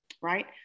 right